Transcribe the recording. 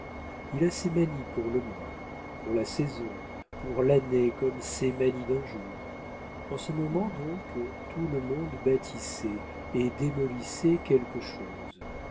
il a ses manies pour le mois pour la saison pour l'année comme ses manies d'un jour en ce moment donc tout le monde bâtissait et démolissait quelque chose